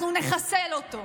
אנחנו נחסל אותו.